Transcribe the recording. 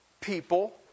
people